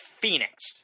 Phoenix